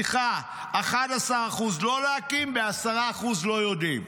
11% לא להקים, 10% לא יודעים.